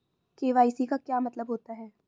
KYC का क्या मतलब होता है?